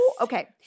Okay